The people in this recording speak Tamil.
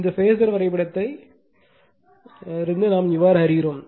இந்த பேஸர் வரைபடத்தில் இதை அறிகிறோம்